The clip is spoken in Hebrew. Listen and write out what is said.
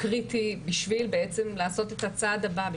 בשביל לעשות את הצעד הבא,